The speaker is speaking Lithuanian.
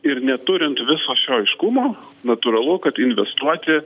ir neturint viso šio aiškumo natūralu kad investuoti